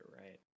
Right